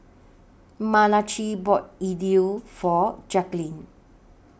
Malachi bought Idili For Jaquelin